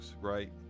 right